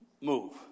move